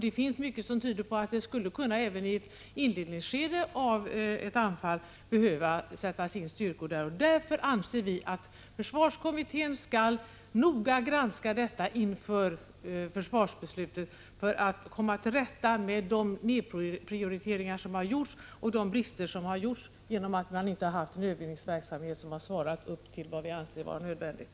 Det finns mycket som tyder på att det redan i ett inledningsskede av ett anfall skulle behöva sättas in styrkor där. Därför anser vi att försvarskommittén noga skall granska detta inför försvarsbeslutet för att komma till rätta med de nedprioriteringar som gjorts och de brister som uppstått genom att man inte haft en övningsverksamhet som svarat upp till vad vi anser vara nödvändigt.